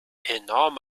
enorm